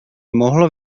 mohlo